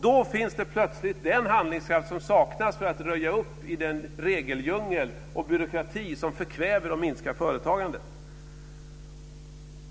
Då finns plötsligt den handlingskraft som annars saknas för att röja upp i den regeldjungel och byråkrati som förkväver och minskar företagandet